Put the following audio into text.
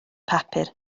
papur